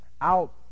out